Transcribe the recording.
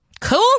Cool